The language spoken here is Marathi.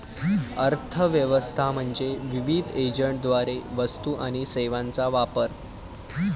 अर्थ व्यवस्था म्हणजे विविध एजंटद्वारे वस्तू आणि सेवांचा वापर